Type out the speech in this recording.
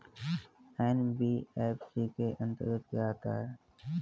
NBFC के अंतर्गत क्या आता है?